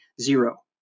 zero